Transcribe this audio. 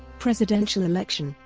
presidential election,